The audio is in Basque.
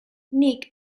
nik